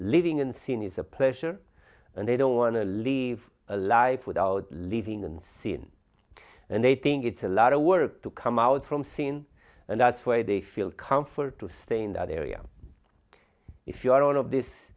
living in sin is a pleasure and they don't want to leave a life without leaving and sin and they think it's a lot of work to come out from scene and that's where they feel comfort to stay in that area if your all of this